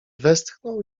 westchnął